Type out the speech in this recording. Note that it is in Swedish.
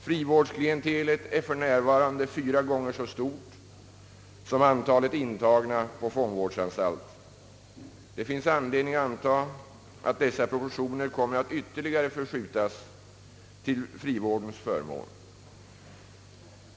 Frivårdsklientelet är för närvarande fyra gånger så stort som antalet intagna på fångvårdsanstalt. Det finns anledning anta, att dessa proportioner kommer att ytterligare förskjutas till frivårdens förmån.